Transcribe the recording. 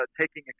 taking